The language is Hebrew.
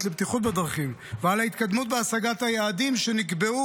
לבטיחות בדרכים ועל ההתקדמות בהשגת היעדים שנקבעו